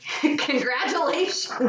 Congratulations